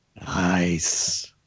Nice